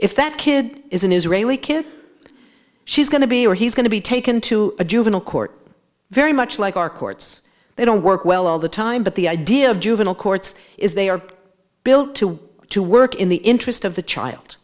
if that kid is an israeli kid she's going to be or he's going to be taken to a juvenile court very much like our courts they don't work well all the time but the idea of juvenile courts is they are built to to work in the interest of the child